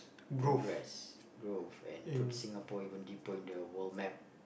progress growth and put Singapore even deeper in the world map